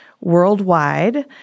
worldwide